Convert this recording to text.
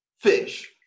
fish